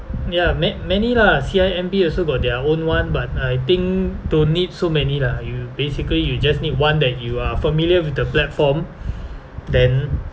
ya ma~ many lah C_I_M_B also got their own one but I think don't need so many lah you basically you just need one that you are familiar with the platform then